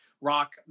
Rock